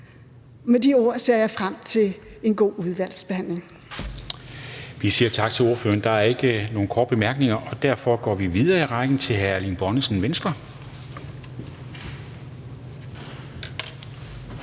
Med de ord ser jeg frem til en god udvalgsbehandling.